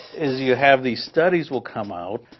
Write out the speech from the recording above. is you have these studies will come out,